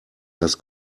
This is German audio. das